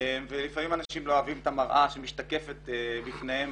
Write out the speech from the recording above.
והם לא אוהבים את המראה שמשתקף בפניהם